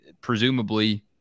presumably